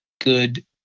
good